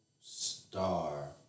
star